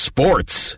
Sports